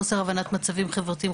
חוסר הבנת מצבים חברתיים,